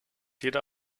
jeder